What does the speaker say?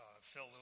Phil